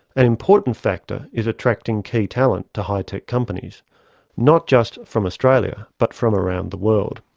an important factor is attracting key talent to high tech companies not just from australia but from around the world.